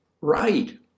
Right